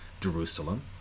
Jerusalem